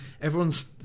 Everyone's